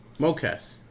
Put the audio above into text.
Mocas